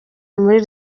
muri